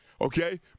okay